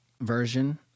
version